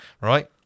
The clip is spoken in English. Right